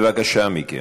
בבקשה מכן.